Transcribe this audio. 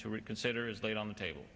to reconsider is laid on the table